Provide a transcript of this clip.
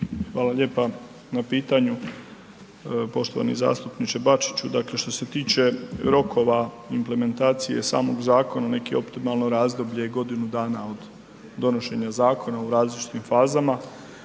Hvala lijepa na pitanju poštovani zastupniče Bačiću. Dakle što se tiče rokova implementacije samog zakona neki optimalno razdoblje je godinu dana od donošenja zakona u različitim fazama.